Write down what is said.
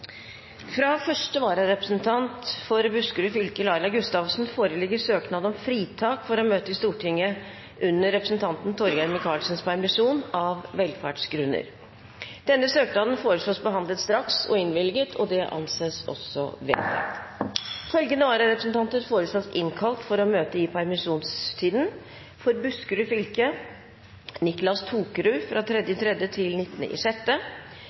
Fra første vararepresentant for Buskerud fylke, Laila Gustavsen, foreligger søknad om fritak for å møte i Stortinget under representanten Torgeir Micaelsens permisjon, av velferdsgrunner. Denne søknaden foreslås behandlet straks og innvilget. – Det anses vedtatt. Følgende vararepresentanter foreslås innkalt for å møte i permisjonstiden: For Buskerud fylke: Niclas Tokerud fra 3. mars til